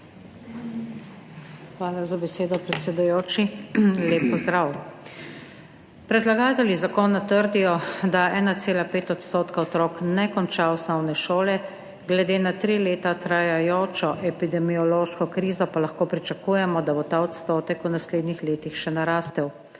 Hvala za besedo, predsedujoči. Lep pozdrav! Predlagatelji zakona trdijo, da 1,5 % otrok ne konča osnovne šole, glede na tri leta trajajočo epidemiološko krizo pa lahko pričakujemo, da bo ta odstotek v naslednjih letih še narastel.